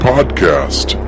Podcast